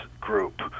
group